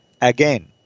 Again